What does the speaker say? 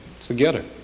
together